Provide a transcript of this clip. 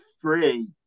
Three